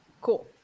cool